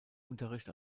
unterricht